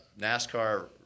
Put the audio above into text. NASCAR